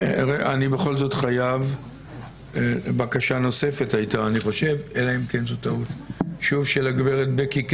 אני בכל זאת חייב בקשה נוספת שוב של הגברת בקי קשת.